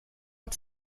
att